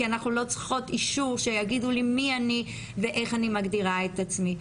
כי אנחנו לא צריכות אישור שיגידו לי מי אני ואיך אני מגדירה את עצמי.